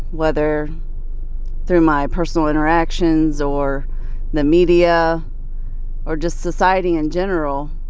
whether through my personal interactions or the media or just society in general,